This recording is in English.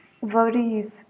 worries